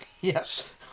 Yes